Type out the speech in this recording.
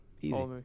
Easy